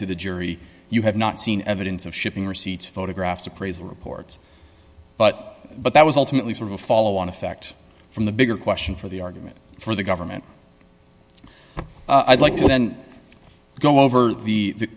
to the jury you have not seen evidence of shipping receipts photographs appraisal reports but but that was ultimately sort of a follow on effect from the bigger question for the argument for the government i'd like to then go over the